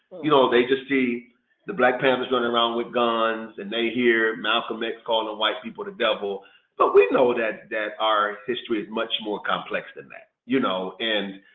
you know they just see the black panthers running around with guns and they hear malcolm x calling and white people the devil but we know that that our history is much more complex than that. you know and